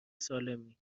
سالمی